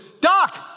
Doc